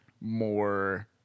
more